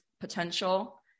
potential